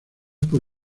por